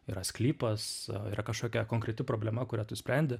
yra sklypas yra kažkokia konkreti problema kurią tu sprendi